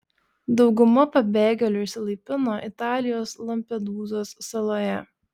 dauguma pabėgėlių išsilaipino italijos lampedūzos saloje